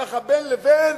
ככה בין לבין?